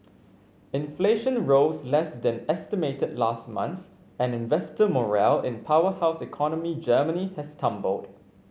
inflation rose less than estimated last month and investor morale in powerhouse economy Germany has tumbled